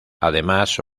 además